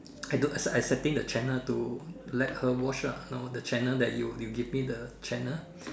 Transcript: I do I I setting the Channel to let her watch lah you know the Channel you give me the Channel